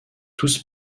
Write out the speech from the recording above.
tous